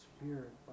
Spirit